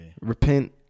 Repent